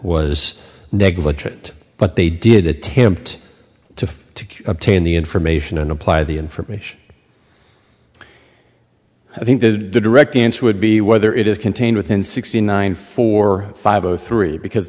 was negligent but they did attempt to obtain the information and apply the information i think the direct answer would be whether it is contained within sixty nine four five zero three because